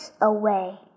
away